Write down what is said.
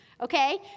Okay